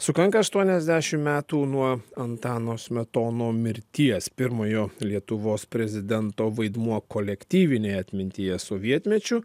sukanka aštuoniasdešim metų nuo antano smetono mirties pirmojo lietuvos prezidento vaidmuo kolektyvinėje atmintyje sovietmečiu